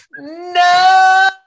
No